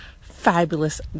fabulous